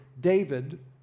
David